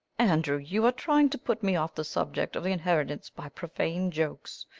andrew you are trying to put me off the subject of the inheritance by profane jokes.